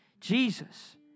Jesus